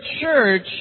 church